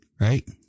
right